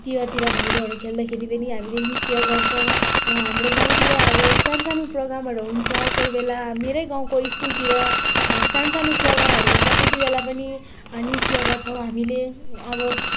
तिहारतिर भैलोहरू खेल्दाखेरि पनि हामीले नृत्य गर्छौँ हाम्रो गाउँतिर अब सानोसानो प्रोग्रामहरू हुन्छ कोही बेला मेरै गाउँको स्कुलतिर सानो सानो प्रोग्रामहरू हुन्छ त्यतिबेला पनि नृत्य गर्छौँ हामीले अब